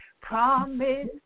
promise